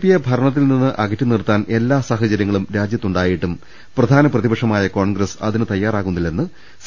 പിയെ ഭരണത്തിൽ നിന്ന് അകറ്റിനിർത്താൻ എല്ലാ സാഹചര്യ ങ്ങളും രാജ്യത്തുണ്ടായിട്ടും പ്രധാന പ്രതിപക്ഷമായ കോൺഗ്രസ് അതിന് തയ്യാ റാകുന്നില്ലെന്ന് സി